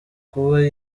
kuba